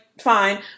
fine